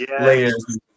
layers